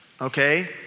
okay